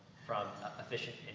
from efficient,